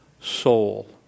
soul